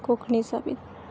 कोंकणीचां बीन